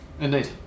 Indeed